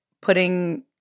putting